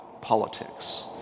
politics